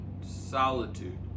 solitude